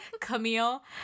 Camille